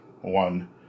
One